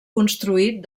construït